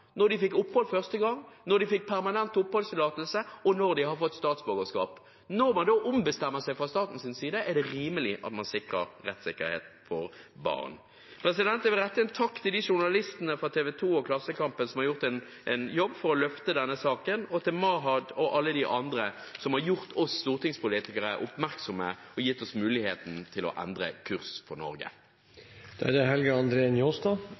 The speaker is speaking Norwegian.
de fikk opphold første gang, da de fikk permanent oppholdstillatelse, og da de fikk statsborgerskap. Når man fra statens side da ombestemmer seg, er det rimelig at man sikrer rettssikkerheten for barn. Jeg vil rette en takk til de journalistene fra TV 2 og Klassekampen som har gjort en jobb for å løfte denne saken, og til Mahad og alle de andre som har gjort oss stortingspolitikere oppmerksom på den – og gitt oss mulighet til å endre kurs for Norge.